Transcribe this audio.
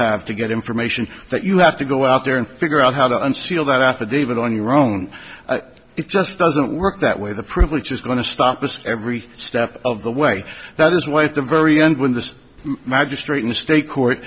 have to get information that you have to go out there and figure out how to unseal that affidavit on your own it just doesn't work that way the privilege is going to stop us every step of the way that is why at the very end when the magistrate in the state court